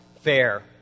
fair